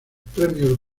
premios